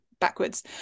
backwards